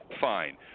fine